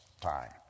time